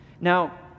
Now